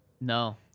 No